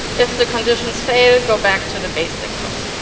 if the conditions fail, go back to the basic code.